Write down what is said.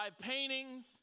paintings